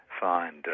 find